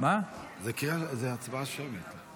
זו הצבעה שמית.